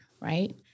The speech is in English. right